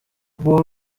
ubwo